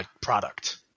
product